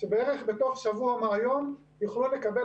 שבערך בתוך שבוע מהיום יוכלו לקבל